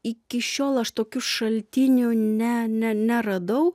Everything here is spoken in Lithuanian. iki šiol aš tokių šaltinių ne ne neradau